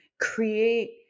create